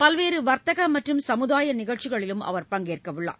பல்வேறு வர்த்தக மற்றும் சமுதாய நிகழ்ச்சிகளிலும் அவர் பங்கேற்கவுள்ளார்